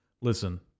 Listen